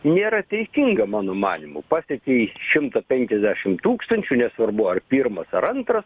nėra teisinga mano manymu pasiekei šimtą penkiasdešim tūkstančių nesvarbu ar pirmas ar antras